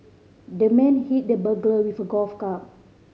the man hit the burglar with a golf club